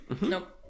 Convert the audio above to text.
Nope